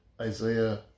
Isaiah